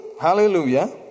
hallelujah